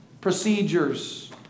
procedures